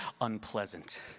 unpleasant